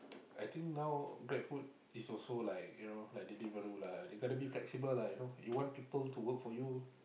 I think now Grab food is also like you know like Deliveroo lah they got to be flexible lah you know you want people to work for you